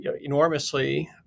enormously